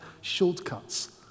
shortcuts